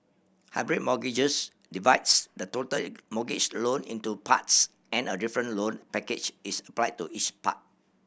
hybrid mortgages divides the total mortgage loan into parts and a different loan package is applied to each part